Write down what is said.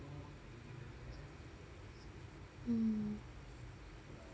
mm